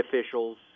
officials